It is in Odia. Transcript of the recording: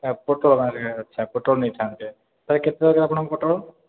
ପୋଟଳ ପୋଟଳ ନେଇଥାନ୍ତେ ସାର୍ କେତେ ଦରକାର ଆପଣଙ୍କୁ ପୋଟଳ